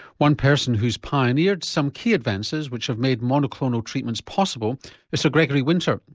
one person who's pioneered some key advances which have made monoclonal treatments possible is sir gregory winter,